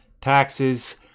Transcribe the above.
taxes